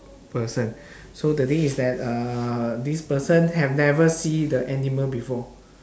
person so the thing is that uh this person have never see the animal before